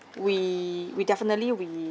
we we definitely we